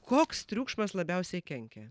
koks triukšmas labiausiai kenkia